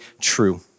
true